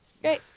Great